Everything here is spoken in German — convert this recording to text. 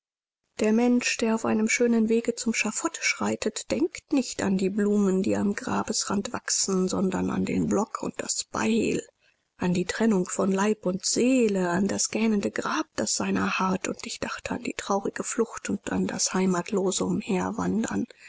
der mensch der auf einem schönen wege zum schaffot schreitet denkt nicht an die blumen die am grabesrand wachsen sondern an den block und das beil an die trennung von leib und seele an das gähnende grab das seiner harrt und ich dachte an die traurige flucht und an das heimatlose